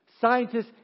Scientists